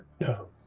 No